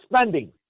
spending